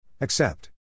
Accept